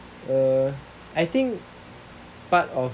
err I think part of